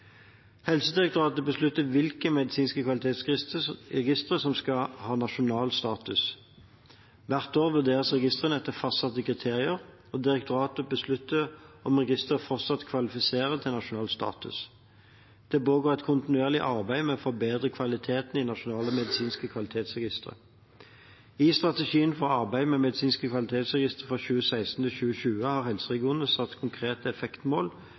Helsedirektoratet beslutter hvilke medisinske kvalitetsregistre som skal ha nasjonal status. Hvert år vurderes registrene etter fastsatte kriterier, og direktoratet beslutter om registrene fortsatt kvalifiserer til nasjonal status. Det pågår et kontinuerlig arbeid for å forbedre kvaliteten i nasjonale medisinske kvalitetsregistre. I strategien for arbeidet med medisinske kvalitetsregistre for 2016–2020 har helseregionene satt konkrete effektmål